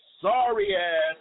sorry-ass